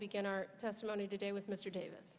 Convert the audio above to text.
begin our testimony today with mr davis